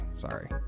Sorry